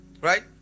right